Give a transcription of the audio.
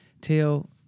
tell